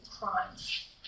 crimes